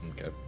Okay